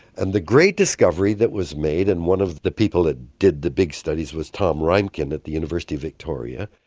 and the great discovery that was made and one of the people that did the big studies was tom reimchen at the university of victoria,